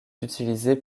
utilisé